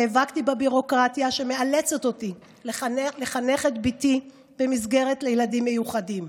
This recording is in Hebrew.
נאבקתי בביורוקרטיה שמאלצת אותי לחנך את בתי במסגרת לילדים מיוחדים.